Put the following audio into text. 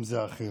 אם זה אחרים,